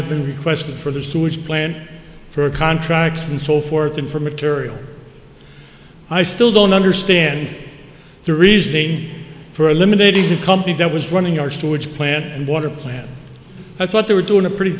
been questioned for the sewage plant for contracts and so forth and for materials i still don't understand the reasoning for eliminating a company that was running our sewage plant and water plant i thought they were doing a pretty